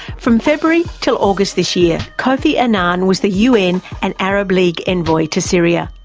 from february till august this year, kofi annan was the un and arab league envoy to syria.